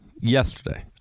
yesterday